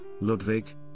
Ludwig